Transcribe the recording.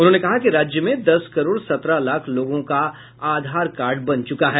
उन्होंने कहा कि राज्य में दस करोड़ सत्रह लाख लोगों का आधार कार्ड बन चुका है